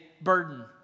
burden